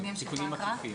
אני אמשיך בהקראה.